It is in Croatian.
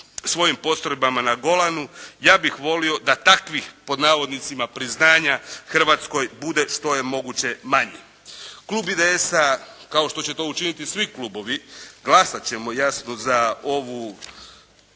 svojim postrojbama na Golanu, ja bih volio da takvih, pod navodnicima "priznanja" Hrvatskoj bude što je moguće manje. Klub IDS-a, kao što će to učiniti svi Klubovi, glasati ćemo, jasno, za ovu